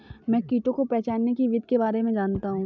मैं कीटों को पहचानने की विधि के बारे में जनता हूँ